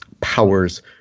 powers